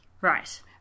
Right